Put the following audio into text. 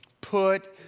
Put